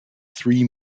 three